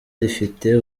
rifite